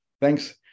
Thanks